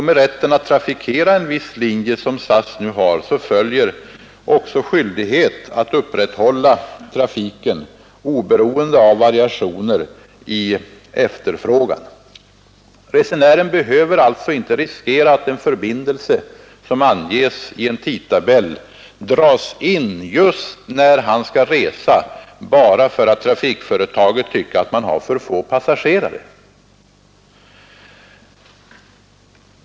Med rätten att trafikera en viss linje, som SAS nu har, följer också skyldighet att upprätthålla trafiken oberoende av variationer i efterfrågan. Resenären behöver alltså inte riskera att en förbindelse som anges i en tidtabell dras in just när han skall resa bara för att trafikföretaget har för få passagerare.